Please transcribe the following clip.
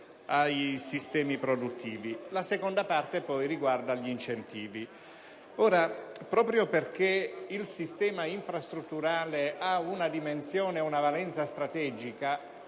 ai sistemi produttivi. La seconda parte riguarda poi gli incentivi. Ora, proprio perché il sistema infrastrutturale ha una dimensione e una valenza strategiche